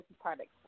products